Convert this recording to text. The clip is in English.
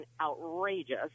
outrageous